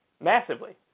massively